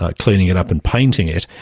like cleaning it up and painting it.